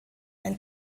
ein